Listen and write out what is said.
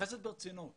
מתייחסת ברצינות,